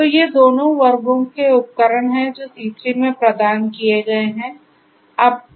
तो ये दो वर्गों के उपकरण हैं जो C3 में प्रदान किए गए हैं